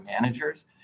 managers